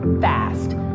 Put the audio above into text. fast